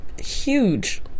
Huge